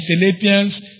Philippians